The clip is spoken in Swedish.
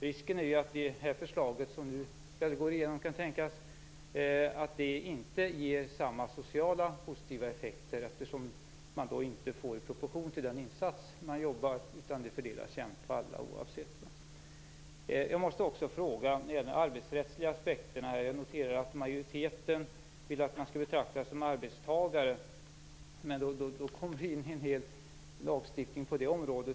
Risken med det förslag som nu kan tänkas gå igenom är att det inte ger samma positiva sociala effekter, eftersom man inte får utdelning i proportion till den insats man gör. Det fördelas jämnt på alla. Jag måste även ställa en fråga om de arbetsrättsliga aspekterna. Jag noterar att majoriteten vill att hyresgästerna skall betraktas som arbetstagare, men då hamnar vi i hela den lagstiftning som finns på det området.